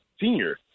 senior